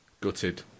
Gutted